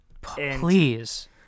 Please